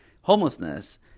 homelessness